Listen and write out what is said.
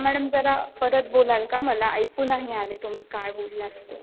madam जरा परत बोलाल का मला ऐकू नाही आले तुम्ही काय बोललात ते